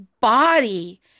body